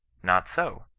not so.